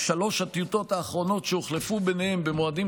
שלוש הטיוטות האחרונות שהוחלפו ביניהם במועדים